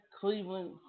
Cleveland